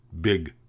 big